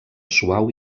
suau